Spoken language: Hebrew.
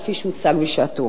כפי שהוצג בשעתו.